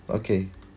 okay